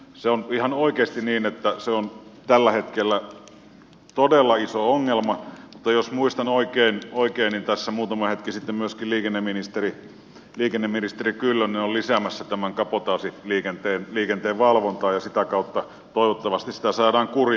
se on ihan oikeasti niin että se on tällä hetkellä todella iso ongelma mutta jos muistan oikein niin tässä muutama hetki sitten myöskin liikenneministeri kyllönen oli lisäämässä tämän kabotaasiliikenteen valvontaa ja sitä kautta toivottavasti sitä saadaan kuriin